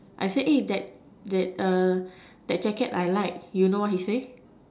I said that that that jacket I like you know what he say